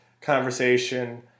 conversation